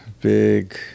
big